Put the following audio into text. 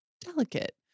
delicate